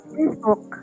Facebook